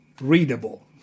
readable